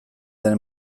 den